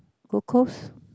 Gold Coast